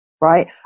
Right